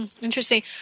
Interesting